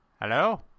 hello